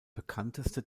bekannteste